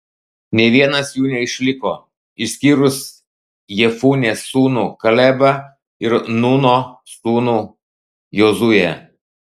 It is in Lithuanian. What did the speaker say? nė vienas jų neišliko išskyrus jefunės sūnų kalebą ir nūno sūnų jozuę